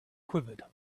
quivered